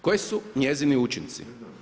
Koji su njezini učinci?